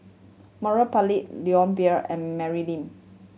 Murali Pillai Leon Perera and Mary Lim